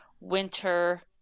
Winter